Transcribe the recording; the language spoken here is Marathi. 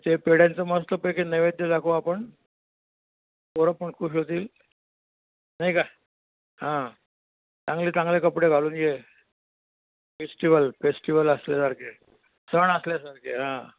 ते पेढ्यांचं मस्तपैकीे नैवद्य दाखवू आपण पोरं पण खूश होतील नाही का हां चांगले चांगले कपडे घालून ये फेस्टिवल फेस्टिवल असल्यासारखे सण असल्यासारखे हां